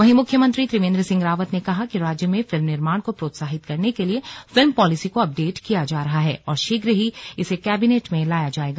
वहीं मुख्यमंत्री त्रिवेंद्र सिंह रावत ने कहा कि राज्य में फिल्म निर्माण को प्रोत्साहित करने के लिए फिल्म पॉलिसी को अपडेट किया जा रहा है और शीघ्र ही इसे कैबिनेट में लाया जाएगा